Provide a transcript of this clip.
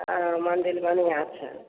हँ मन्दिल बढ़िआँ छै